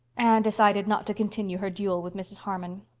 anne decided not to continue her duel with mrs. harmon.